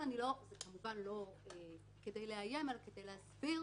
זה כמובן לא כדי לאיים, אלא כדי להסביר